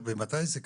מתי זה קרה?